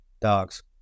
dogs